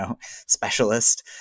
specialist